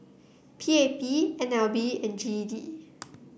P A P N L B and G E D